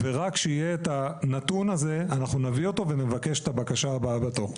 ורק שיהיה את הנתון הזה אנחנו נביא אותו ונבקש את הבקשה הבאה בתור.